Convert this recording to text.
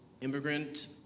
immigrant